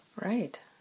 Right